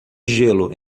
gelo